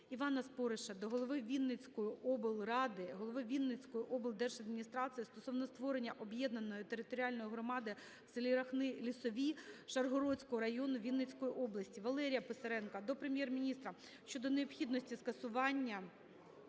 Івана Спориша до голови Вінницької облради, голови Вінницької облдержадміністрації стосовно створення об'єднаної територіальної громади в селі Рахни-Лісові Шаргородського району Вінницької області. Валерія Писаренка до Прем'єр-міністра щодо необхідності скасування